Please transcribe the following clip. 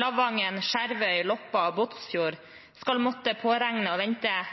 Lavangen, Skjervøy, Loppa og Båtsfjord skal måtte påregne å vente